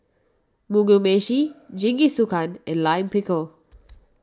Mugi Meshi Jingisukan and Lime Pickle